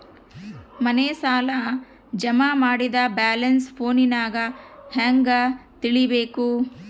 ಮನೆ ಸಾಲ ಜಮಾ ಮಾಡಿದ ಬ್ಯಾಲೆನ್ಸ್ ಫೋನಿನಾಗ ಹೆಂಗ ತಿಳೇಬೇಕು?